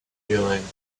feeling